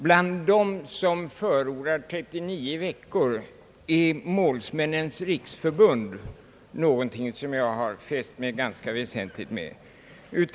Bland de remissinstanser som förordar ett skolår på 39 veckor finns Målsmännens riksförbund, vilket jag alldeles särskilt har beaktat.